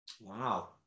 Wow